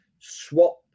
Swap